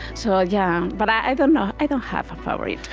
so, ah yeah, but i don't know i don't have a favorite.